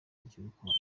ry’urukundo